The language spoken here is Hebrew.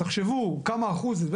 תחשבו כמה אחוז זה.